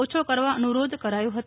ઓછો કરવા અનુરોધ કરાયો હતો